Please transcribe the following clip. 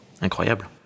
incroyable